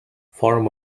form